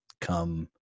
come